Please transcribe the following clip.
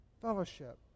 fellowship